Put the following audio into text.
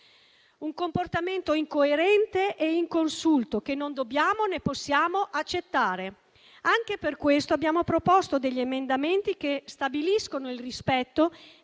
un comportamento incoerente e inconsulto, che non dobbiamo né possiamo accettare. Anche per questo abbiamo proposto degli emendamenti che stabiliscono il rispetto